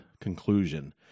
conclusion